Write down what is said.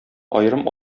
аерым